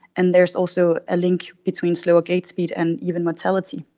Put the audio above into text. and there's also a link between slower gait speed and even mortality.